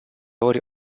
ori